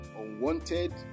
unwanted